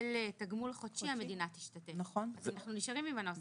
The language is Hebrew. שמקבל תגמול חודשי, אז אנחנו נשארים עם הנוסח.